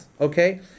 okay